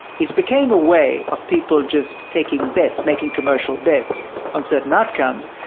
it became a way of people just taking bets, making commercial bets on certain outcomes,